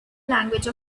language